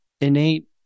innate